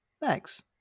Thanks